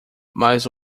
mais